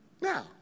Now